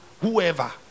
whoever